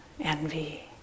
envy